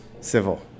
civil